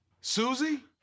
Susie